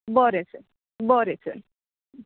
बरें सर बरें सर